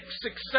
success